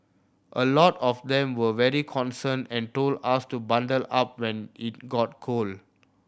a lot of them were very concerned and told us to bundle up when it got cold